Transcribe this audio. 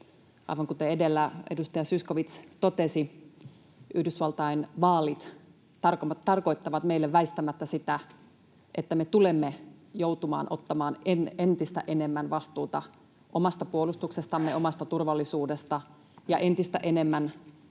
Aivan kuten edellä edustaja Zyskowicz totesi, Yhdysvaltain vaalit tarkoittavat meille väistämättä sitä, että me tulemme joutumaan ottamaan entistä enemmän vastuuta omasta puolustuksestamme, omasta turvallisuudesta ja entistä suuremman vastuun